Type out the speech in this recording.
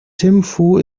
thimphu